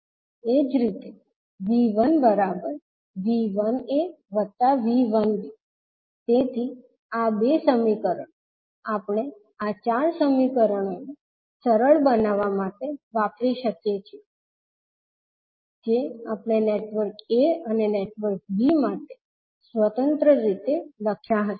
એ જ રીતે V1V1aV1b તેથી આ બે સમીકરણો આપણે આ ચાર સમીકરણોને સરળ બનાવવા માટે વાપરી શકીએ છીએ જે આપણે નેટવર્ક a અને નેટવર્ક b માટે સ્વતંત્ર રીતે લખ્યા હતા